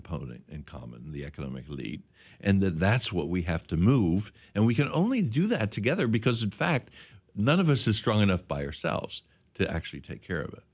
opponent in common the economic elite and that that's what we have to move and we can only do that together because in fact none of us is strong enough by ourselves to actually take care of it